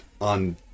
on